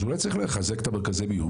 אז אולי צריך לחזק את מרכזי מיון,